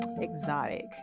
exotic